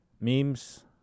memes